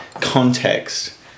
context